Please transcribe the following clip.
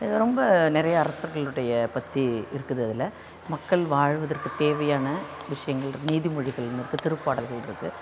இது ரொம்ப நிறைய அரசர்களுடைய பற்றி இருக்குது அதில் மக்கள் வாழ்வதற்கு தேவையான விஷயங்கள் நீதிமொழிகள்னு இருக்கு திருப்பாடல்கள் இருக்கு